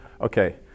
okay